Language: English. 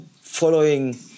following